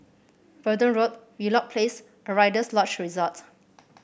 Verdun Road Wheelock Place a Rider's Lodge Resort